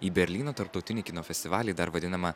į berlyno tarptautinį kino festivalį dar vadinamą